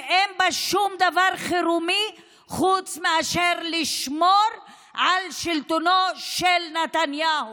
שאין בה שום דבר חירומי חוץ מאשר לשמור על שלטונו של נתניהו,